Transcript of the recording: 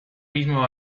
mismo